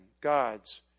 God's